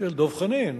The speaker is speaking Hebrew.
של דב חנין.